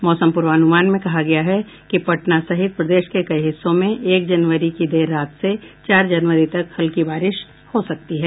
मौसम पूर्वानुमान में कहा गया है कि पटना सहित प्रदेश के कई हिस्सों में एक जनवरी की देर रात से चार जनवरी तक हल्की बारिश हो सकती है